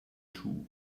too